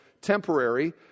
temporary